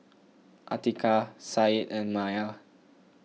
Atiqah Said and Maya